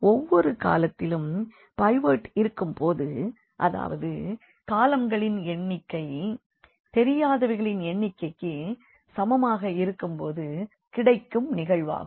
ஒவ்வொரு காலத்திலும் பைவோட் இருக்கும் போது அதாவது காலம்களின் எண்ணிக்கை தெரியாதவைகளின் எண்ணிக்கைக்கு சமமாக இருக்கும் போது கிடைக்கும் நிகழ்வாகும்